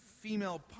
female